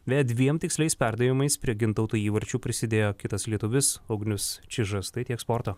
beje dviem tiksliais perdavimais prie gintauto įvarčio prisidėjo kitas lietuvis ugnius čižas tai tiek sporto